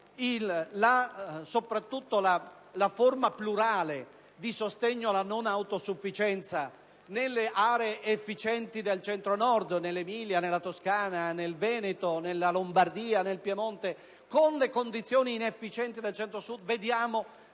soprattutto la forma plurale di sostegno alla non autosufficienza nelle aree efficienti del Centro-Nord, nell'Emilia-Romagna, nella Toscana, nel Veneto, nella Lombardia e nel Piemonte con le condizioni di inefficienza del Centro-Sud si